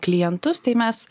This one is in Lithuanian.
klientus tai mes